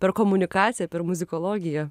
per komunikaciją per muzikologiją